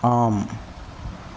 ஆம்